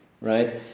right